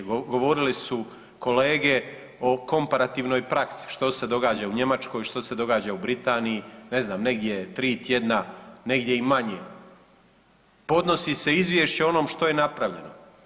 Govorile su kolege o komparativnoj praksi, što se događa u Njemačkoj, što se događa u Britaniji, ne znam negdje je 3 tjedna, negdje je i manje, podnosi se izvješće o onom što je napravljeno.